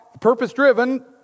purpose-driven